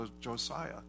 Josiah